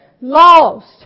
Lost